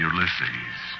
Ulysses